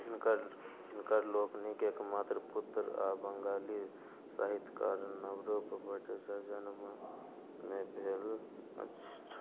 हिनकर हिनकर लोकनिक एकमात्र पुत्र आ बंगाली साहित्यकार नबरुप भट्टाचार्य जन्ममे भेल अछि